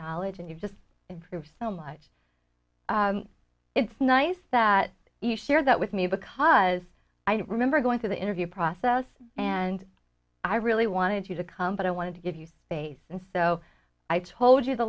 knowledge and you've just improved so much it's nice that you share that with me because i remember going to the interview process and i really wanted you to come but i wanted to give you space and so i told you the